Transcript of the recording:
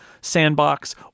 sandbox